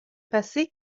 passé